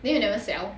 then you never sell